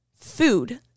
food